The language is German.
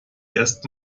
erst